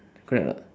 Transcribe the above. correct or not